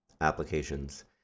applications